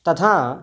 तथा